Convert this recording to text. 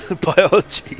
Biology